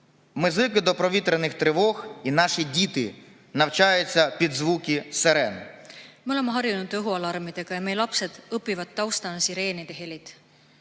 Me oleme harjunud õhualarmidega ja meie lapsed õpivad, taustal sireenide helid.